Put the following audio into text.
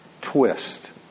twist